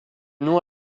noms